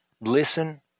listen